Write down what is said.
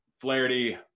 Flaherty